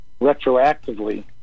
retroactively